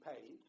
paid